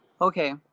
Okay